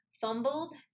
fumbled